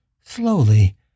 Slowly